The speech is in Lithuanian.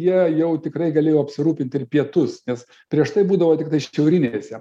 jie jau tikrai galėjo apsirūpinti ir pietus nes prieš tai būdavo tiktai šiaurinėse